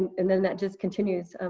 and then that just continues.